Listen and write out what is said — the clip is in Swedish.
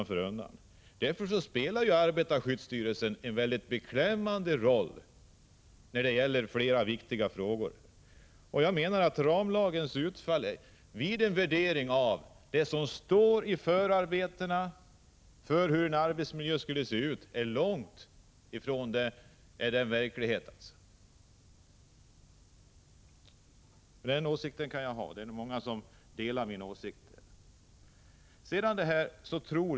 Därför spelar arbetarskyddsstyrelsen en mycket beklämmande roll när det gäller flera viktiga frågor. Jag menar att en värdering av ramlagens utfall i förhållande till det som står i förarbetena om hur en arbetsmiljö skall se ut visar att man är långt ifrån målen. Det är många som delar min uppfattning.